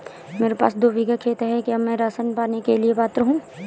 मेरे पास दो बीघा खेत है क्या मैं राशन पाने के लिए पात्र हूँ?